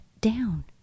down